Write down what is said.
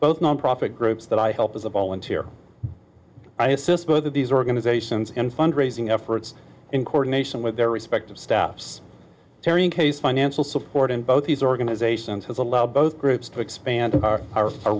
both nonprofit groups that i help as a volunteer i assist with these organizations and fund raising efforts in coordination with their respective staffs tarrying case financial support in both these organizations has allowed both groups to expand our